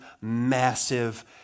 massive